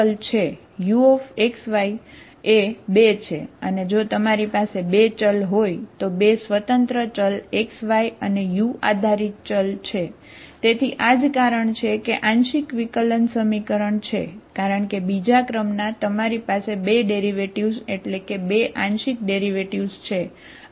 uxy એ 2 છે અને જો તમારી પાસે 2 ચલ હોય તો 2 સ્વતંત્ર ચલ xy અને u આધારિત ચલ છે અને ગુણાંક xy ના વિધેય છે